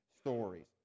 stories